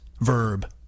verb